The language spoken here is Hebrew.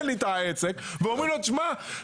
אומרים לו: תשמע,